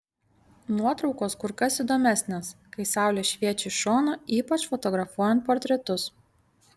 nuotraukos kur kas įdomesnės kai saulė šviečia iš šono ypač fotografuojant portretus